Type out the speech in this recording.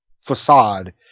facade